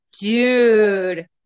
dude